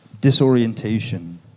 disorientation